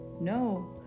No